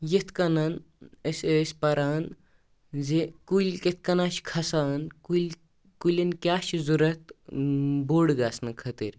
یِتھٕ کٔنۍ أسۍ ٲسۍ پَران زِ کُلۍ کِتھٕ کٔنۍ چھِ کھَسان کُلۍ کُلٮ۪ن کیٛاہ چھِ ضروٗرت بوٚڈ گژھنہٕ خٲطٕر